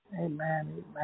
Amen